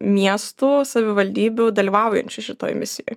miestų savivaldybių dalyvaujančių šitoj misijoj